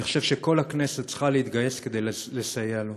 אני חושב שכל הכנסת צריכה להתגייס כדי לסייע לו.